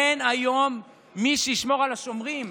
אין היום מי שישמור על השומרים,